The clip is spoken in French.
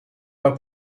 pas